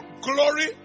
glory